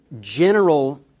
general